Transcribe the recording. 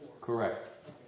Correct